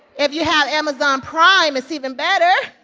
if you have amazon prime, it's even better,